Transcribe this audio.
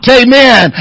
amen